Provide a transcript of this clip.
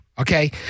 Okay